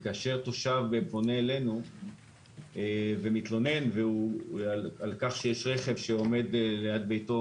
כי כאשר תושב פונה אלינו ומתלונן על כך שיש רכב שעומד על יד ביתו